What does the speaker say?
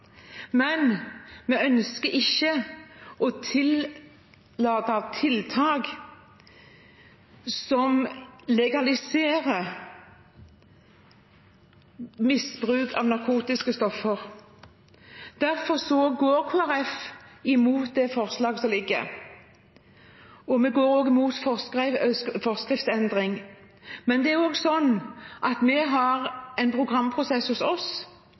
men vi ønsker ikke å tillate tiltak som legaliserer misbruk av narkotiske stoffer. Derfor går Kristelig Folkeparti mot det forslaget som foreligger, og vi går også mot en forskriftsendring. Vi har en programprosess og et landsmøte foran oss, men det er